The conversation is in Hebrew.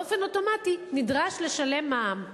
באופן אוטומטי נדרש לשלם מע"מ.